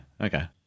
Okay